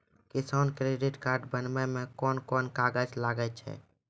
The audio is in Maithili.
किसान क्रेडिट कार्ड बनाबै मे कोन कोन कागज लागै छै?